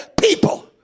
people